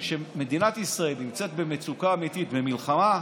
שכאשר מדינת ישראל נמצאת במצוקה אמיתית, במלחמה,